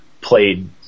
played